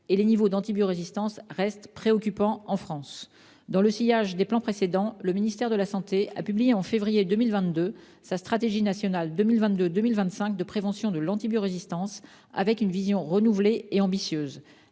et les niveaux d'antibiorésistance sont toujours préoccupants en France. Dans le sillage des plans précédents, le ministère de la santé a publié en février 2022 sa stratégie nationale 2022-2025 de prévention des infections et de l'antibiorésistance, avec une vision renouvelée et ambitieuse.